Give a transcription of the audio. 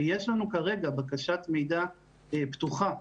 שיש לנו כרגע בקשת מידע פתוחה,